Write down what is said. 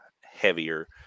heavier